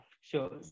sure